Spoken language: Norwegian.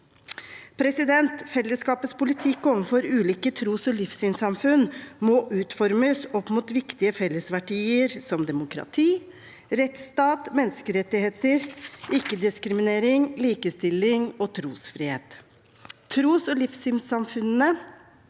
Fellesskapets politikk overfor ulike tros- og livssynssamfunn må utformes opp mot viktige fellesverdier som demokrati, rettsstat, menneskerettigheter, ikke-diskriminering, likestilling og trosfrihet. Tros- og livssynssamfunnene